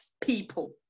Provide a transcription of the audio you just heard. people